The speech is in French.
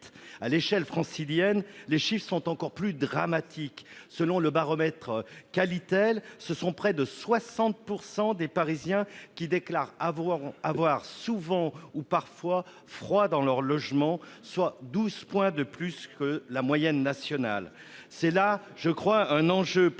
À l'échelle francilienne, les chiffres sont encore plus dramatiques : selon le baromètre Qualitel, près de 60 % des Parisiens déclarent avoir « souvent » ou « parfois » froid dans leur logement, soit 12 points de plus que la moyenne nationale. Il s'agit là d'un enjeu prioritaire,